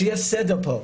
שיהיה סדר פה,